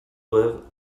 doivent